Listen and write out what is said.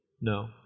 No